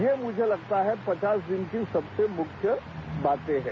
ये मुझे लगता है कि पचास दिन की सबसे मुख्य बाते हैं